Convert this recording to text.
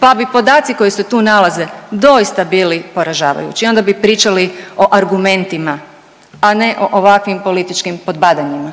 pa bi podaci koji se tu nalaze doista bili poražavajući i onda bi pričali o argumentima, a ne o ovakvim političkim podbadanjima.